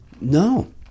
no